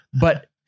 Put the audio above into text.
But-